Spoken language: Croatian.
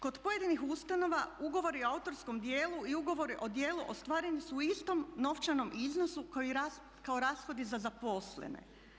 Kod pojedinih ustanova ugovori o autorskom djelu i ugovori o djelu ostvareni su u istom novčanom iznosu kao rashodi za zaposlene.